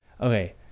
Okay